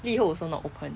LiHo also not open